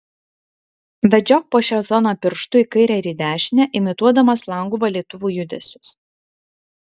vedžiok po šią zoną pirštu į kairę ir į dešinę imituodamas langų valytuvų judesius